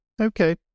Okay